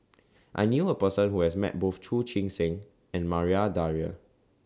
I knew A Person Who has Met Both Chu Chee Seng and Maria Dyer